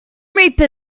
reaper